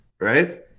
Right